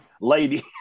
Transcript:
lady